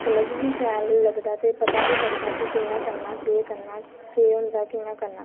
समझ बी शैल लगदा ते पता बी लगदा कि कि'यां करना केह् होंदा कि'यां करना